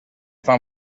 fan